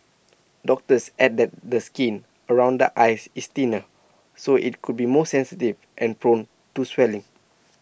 doctors add that the skin around the eyes is thinner so IT could be more sensitive and prone to swelling